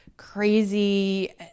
crazy